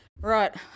Right